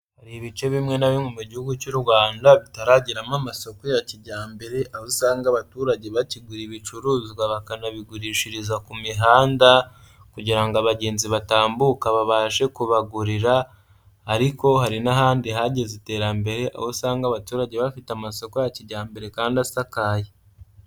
Hari ibice bimwe na bimwe mu gihugu cy'u rwanda bitarageramo amasoko ya kijyambere aho usanga abaturage bakigura ibicuruzwa bakanabigurishiriza ku mihanda kugira ngo abagenzi batambuka babashe kubagurira, ariko hari n'ahandi hagize iterambere aho usanga abaturage bafite amasoko ya kijyambere kandi asakaye.